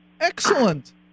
excellent